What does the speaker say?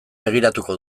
begiratuko